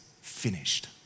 finished